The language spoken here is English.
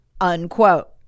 unquote